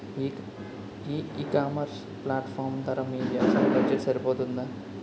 ఈ ecommerce platform ధర మీ వ్యవసాయ బడ్జెట్ సరిపోతుందా?